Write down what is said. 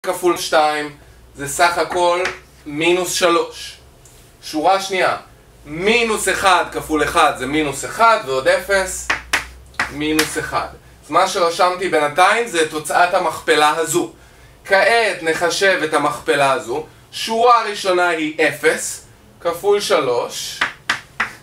כפול 2, זה סך הכל מינוס 3, שורה שנייה מינוס 1 כפול 1 זה מינוס 1, ועוד 0 מינוס 1, מה שרשמתי בינתיים זה תוצאת המכפלה הזו, כעת נחשב את המכפלה הזו, שורה הראשונה היא 0 כפול 3